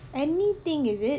anything is it